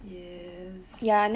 yes